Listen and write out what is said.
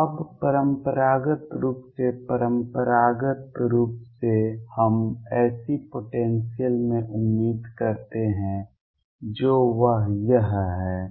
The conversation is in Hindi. अब परम्परागत रूप से परम्परागत रूप से हम ऐसी पोटेंसियल में उम्मीद करते हैं जो वह यह है